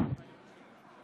חבריי חברי הכנסת,